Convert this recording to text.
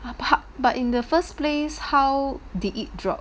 but in the first place how did it drop